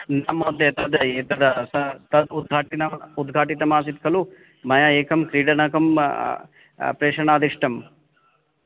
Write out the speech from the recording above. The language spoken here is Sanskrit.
न महोदय तद् एतद् सः तद् उद्घाटितम् उद्घाटितमासीत् खलु मया एकं क्रीडनकं प्रेषणादिष्टं